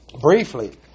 briefly